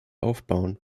aufbauen